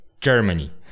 Germany